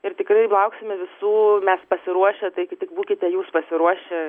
ir tikrai lauksime visų mes pasiruošę taigi tik būkite jūs pasiruošę